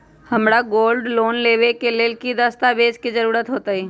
हमरा gold loan लेबे के लेल कि कि दस्ताबेज के जरूरत होयेत?